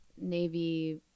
Navy